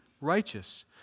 righteous